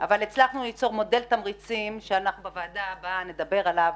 הצלחנו ליצור מודל תמריצים שאנחנו בוועדה הבאה נדבר עליו,